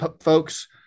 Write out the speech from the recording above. folks